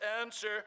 answer